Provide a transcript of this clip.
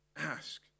Ask